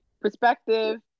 Perspective